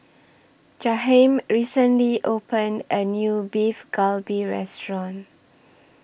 Jaheim recently opened A New Beef Galbi Restaurant